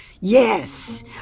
Yes